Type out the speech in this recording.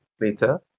later